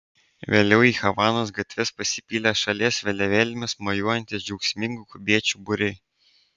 vėliau į havanos gatves pasipylė šalies vėliavėlėmis mojuojantys džiaugsmingų kubiečių būriai